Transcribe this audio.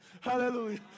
Hallelujah